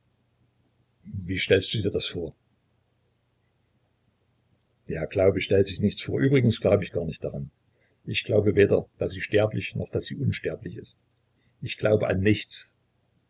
wie stellst du dir das vor der glaube stellt sich nichts vor übrigens glaub ich gar nicht daran ich glaube weder daß sie sterblich noch daß sie unsterblich ist ich glaube an nichts